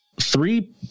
three